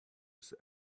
was